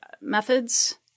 methods